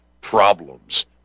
problems